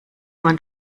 man